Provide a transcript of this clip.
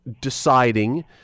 deciding